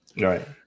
right